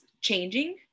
changing